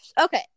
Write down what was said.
Okay